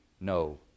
no